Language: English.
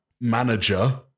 manager